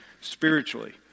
spiritually